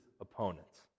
opponents